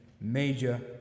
major